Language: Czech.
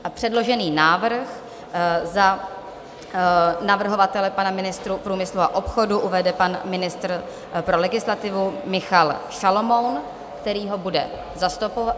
A předložený návrh za navrhovatele pana ministra průmyslu a obchodu uvede pan ministr pro legislativu Michal Šalomoun, který ho bude zastupovat.